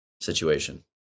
situation